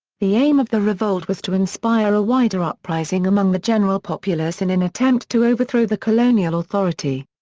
the aim of the revolt was to inspire a wider uprising among the general populace in an attempt to overthrow the colonial authority.